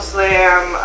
Slam